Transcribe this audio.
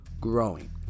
growing